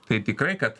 tai tikrai kad